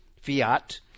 fiat